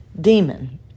demon